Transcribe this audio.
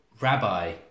rabbi